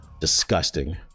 Disgusting